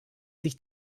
sich